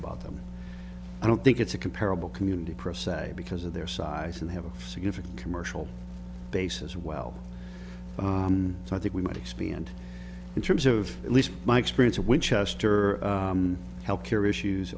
about them i don't think it's a comparable community process because of their size and have a significant commercial basis well so i think we might expand in terms of at least my experience of winchester healthcare issues